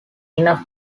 enough